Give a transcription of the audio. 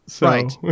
Right